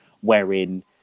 wherein